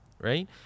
right